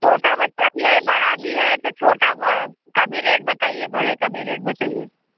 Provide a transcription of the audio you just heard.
छोटा बच्चा भी है बड़ा भी है तो छोटा का भी रेट बताइए बड़े का भी रेट बताइए